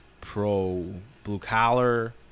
pro-blue-collar